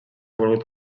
volgut